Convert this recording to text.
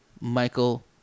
Michael